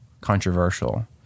controversial